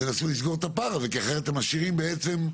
תנסו לסגור את הפער, כי אחרת משאירים, בעצם,